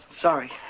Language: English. sorry